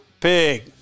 pig